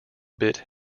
bit